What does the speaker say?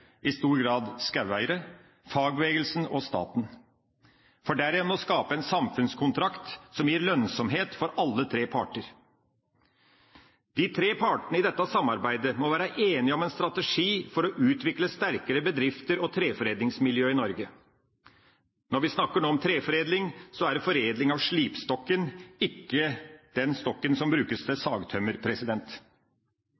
i stor grad skogeiere, fagbevegelsen og staten, for derigjennom å skape en samfunnskontrakt som gir lønnsomhet for alle tre parter. De tre partene i dette samarbeidet må være enige om en strategi for å utvikle sterkere bedrifter og treforedlingsmiljøet i Norge. Når vi nå snakker om treforedling, er det foredling av slipstokken, ikke den stokken som brukes til